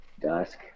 dusk